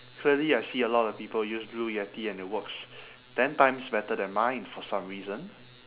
clearly I see a lot of people use blue yeti and it works ten times better than mine for some reason